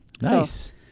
Nice